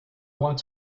want